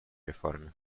реформе